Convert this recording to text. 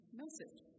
message